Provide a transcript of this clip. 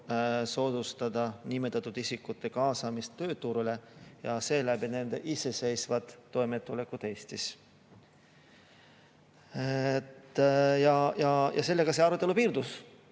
soodustada nimetatud isikute kaasamist tööturule ja seeläbi nende iseseisvat toimetulekut Eestis. Sellega see arutelu piirdus. Seejärel